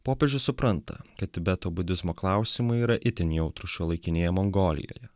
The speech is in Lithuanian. popiežius supranta kad tibeto budizmo klausimai yra itin jautrūs šiuolaikinėje mongolijoje